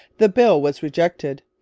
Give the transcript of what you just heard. the bill was rejected.